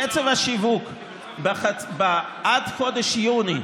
קצב השיווק עד חודש יוני,